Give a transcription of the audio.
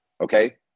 Okay